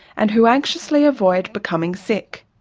and who anxiously avoid becoming sick.